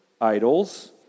idols